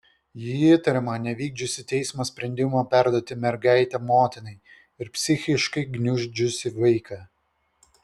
ji įtariama nevykdžiusi teismo sprendimo perduoti mergaitę motinai ir psichiškai gniuždžiusi vaiką